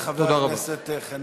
תודה רבה לחבר הכנסת חנין.